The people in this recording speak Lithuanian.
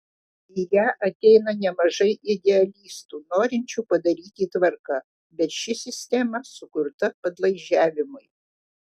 į ją ateina nemažai idealistų norinčių padaryti tvarką bet ši sistema sukurta padlaižiavimui